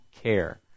care